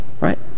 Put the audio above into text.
right